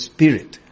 Spirit